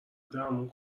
درمون